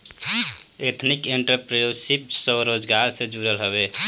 ethnic entrepreneurship स्वरोजगार से जुड़ल हवे